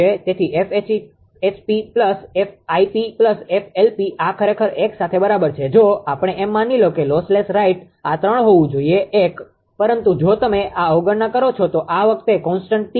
તેથી આ ખરેખર એક સાથે બરાબર છે જો આપણે એમ માની લો કે લોસલેસ રાઇટ આ 3 હોવું જોઈએ 1 પરંતુ જો તમે આ અવગણના કરો છો આ વખતે કોનસ્ટન્ટ 𝑇𝑐